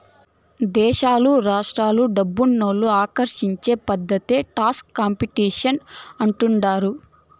దేశాలు రాష్ట్రాలు డబ్బునోళ్ళు ఆకర్షించే పద్ధతే టాక్స్ కాంపిటీషన్ అంటుండారు